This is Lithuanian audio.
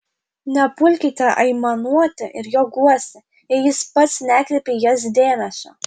nepulkite aimanuoti ir jo guosti jei jis pats nekreipia į jas dėmesio